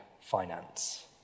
finance